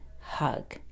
hug